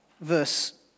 Verse